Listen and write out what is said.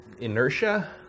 Inertia